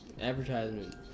Advertisement